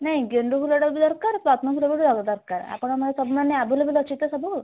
ନାଇଁ ଗେଣ୍ଡୁ ଫୁଲଟା ବି ଦରକାର ପଦ୍ମ ଫୁଲଟା ବି ଦରକାର୍ ଆପଣଙ୍କ ସବୁ ମାନେ ଆଭେଲେବୁଲ୍ ଅଛି ତ ସବୁ